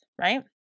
right